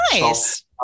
Nice